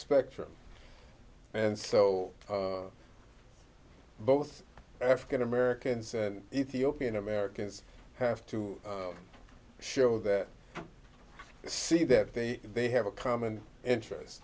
spectrum and so both african americans and ethiopian americans have to show that see that they they have a common interest